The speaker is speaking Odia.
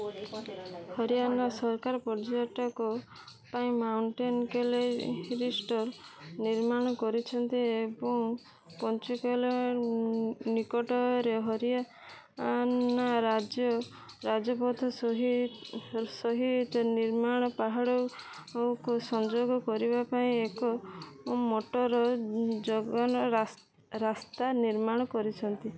ହରିୟାଣା ସରକାର ପର୍ଯ୍ୟଟକଙ୍କ ପାଇଁ ମାଉଣ୍ଟେନ୍ କ୍ୱେଲ୍ ରିସୋର୍ଟ ନିର୍ମାଣ କରିଛନ୍ତି ଏବଂ ପଞ୍ଚକୁଲା ନିକଟରେ ହରିୟାଣା ରାଜ୍ୟ ରାଜପଥ ସହିତ ମୋର୍ନି ପାହାଡ଼କୁ ସଂଯୋଗ କରିବା ପାଇଁ ଏକ ମୋଟର ଯୋଗ୍ୟ ରା ରାସ୍ତା ନିର୍ମାଣ କରିଛନ୍ତି